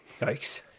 Yikes